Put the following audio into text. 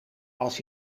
als